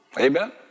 amen